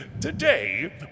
today